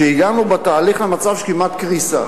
שהגענו בתהליך למצב של כמעט קריסה.